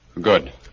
Good